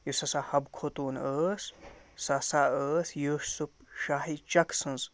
یُس ہسا حبہ خوتوٗن ٲس سۄ ہسا ٲس یوٗسُف شاہہِ شَک سٕنٛز